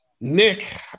Nick